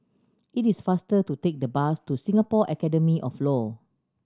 it is faster to take the bus to Singapore Academy of Law